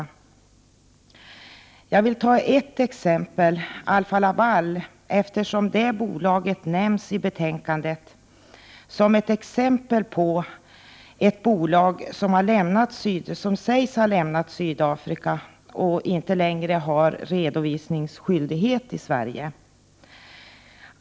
Jag vill ta upp ett exempel, Alfa-Laval, eftersom det bolaget nämns i betänkandet som exempel på ett bolag som sägs ha lämnat Sydafrika och inte längre har redovisningsskyldighet i Sverige.